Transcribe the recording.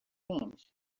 change